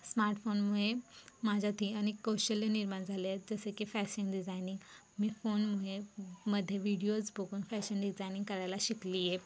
स्मार्टफोनमुळे माझ्यातही अनेक कौशल्ये निर्माण झाली आहे जसे की फॅशन डिझायनिंग मी फोनमुळे मध्ये व्हिडिओज बघून फॅशन डिझायनिंग करायला शिकली आहे